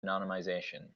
anonymisation